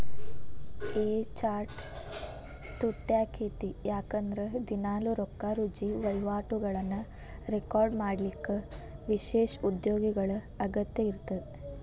A chart ತುಟ್ಯಾಕ್ಕೇತಿ ಯಾಕಂದ್ರ ದಿನಾಲೂ ರೊಕ್ಕಾರುಜಿ ವಹಿವಾಟುಗಳನ್ನ ರೆಕಾರ್ಡ್ ಮಾಡಲಿಕ್ಕ ವಿಶೇಷ ಉದ್ಯೋಗಿಗಳ ಅಗತ್ಯ ಇರ್ತದ